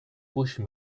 puxe